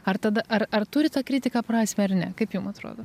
ar tada ar ar turi ta kritika prasmę ar ne kaip jum atrodo